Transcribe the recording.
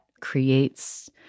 creates